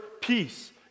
peace